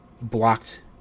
blocked